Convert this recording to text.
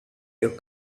your